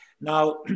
Now